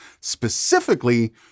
specifically